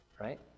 right